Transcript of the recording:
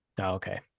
Okay